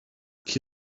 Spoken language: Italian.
chi